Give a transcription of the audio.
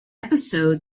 episode